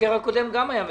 המבקר הקודם גם היה מצוין.